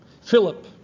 Philip